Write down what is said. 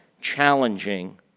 Challenging